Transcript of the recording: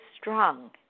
strong